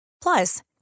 Plus